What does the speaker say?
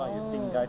no